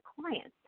clients